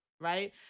right